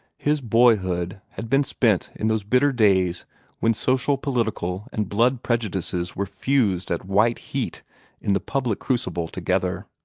his boyhood had been spent in those bitter days when social, political, and blood prejudices were fused at white heat in the public crucible together.